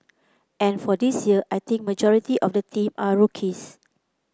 and for this year I think majority of the team are rookies